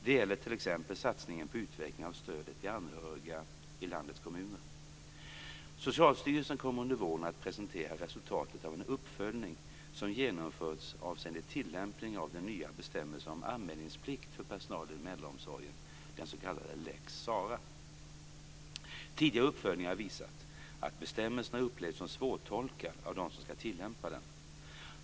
Detta gäller t.ex. satsningen på utveckling av stödet till anhöriga i landets kommuner. Socialstyrelsen kommer under våren att presentera resultatet av en uppföljning som genomförts avseende tillämpningen av den nya bestämmelsen om anmälningsplikt för personal inom äldreomsorgen, den s.k. lex Sarah. Tidigare uppföljningar har visat att bestämmelsen har upplevts som svårtolkad av dem som ska tillämpa den.